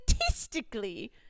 Statistically